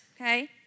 Okay